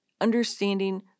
understanding